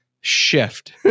shift